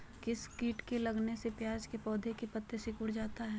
किस किट के लगने से प्याज के पौधे के पत्ते सिकुड़ जाता है?